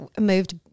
moved